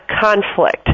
conflict